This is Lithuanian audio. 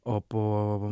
o po